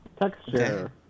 Texture